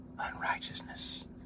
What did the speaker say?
unrighteousness